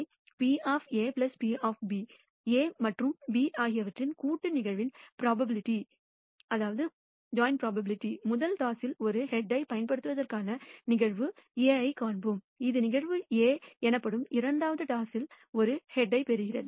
A மற்றும் B ஆகியவற்றின் கூட்டு நிகழ்வின் ப்ரோபபிலிட்டி முதல் டாஸில் ஒரு ஹெட்யைப்யைப் பெறுவதற்கான நிகழ்வு A ஐக் காண்போம் இது நிகழ்வு A எனப்படும் இரண்டாவது டாஸில் ஒரு ஹெட்யைப் பெறுகிறது